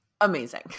Amazing